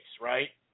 right